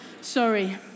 Sorry